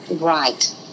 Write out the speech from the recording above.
Right